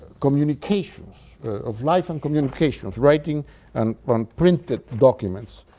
communications of life and communications, writing and from printed documents